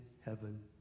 heaven